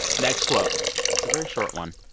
next quote it's a very short one.